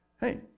hey